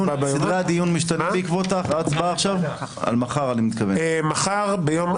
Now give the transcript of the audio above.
ועדת הכנסת תחליט כהבנתה.